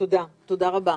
תודה רבה.